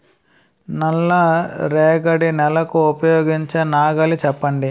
నల్ల రేగడి నెలకు ఉపయోగించే నాగలి చెప్పండి?